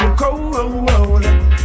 cold